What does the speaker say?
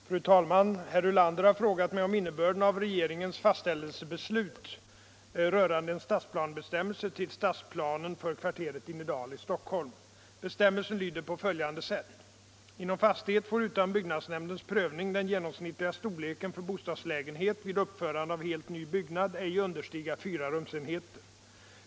Ulanders den 23 april anmälda fråga, 1975/76:321, och anförde: kinin flere fisa ks dE Fru talman! Herr Ulander har frågat mig om innebörden av regeringens Om innebörden av fastställelsebeslut rörande en stadsplanebestämmelse till stadsplanen för = viss stadsplanebekvarteret - Inedal i Stockholm. stämmelse Bestämmelsen lyder på följande sätt: ”Inom fastighet får utan byggnadsnämndens prövning den genomsnittliga storleken för bostadslägenheter vid uppförande av helt ny byggnad ej understiga fyra rumsenheter.